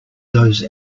those